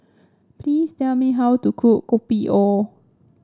please tell me how to cook Kopi O